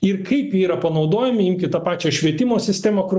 ir kaip jie yra panaudojami imkit tą pačią švietimo sistemą kur